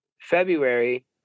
February